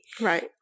Right